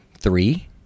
three